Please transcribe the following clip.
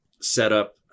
setup